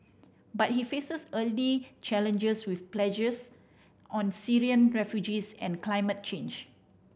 but he faces early challenges with pledges on Syrian refugees and climate change